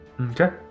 Okay